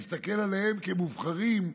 נסתכל עליהם כמובחרים,